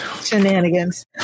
shenanigans